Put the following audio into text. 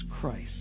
Christ